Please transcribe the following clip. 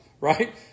right